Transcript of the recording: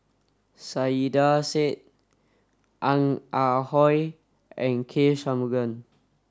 Saiedah Said Ong Ah Hoi and K Shanmugam